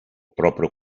proprio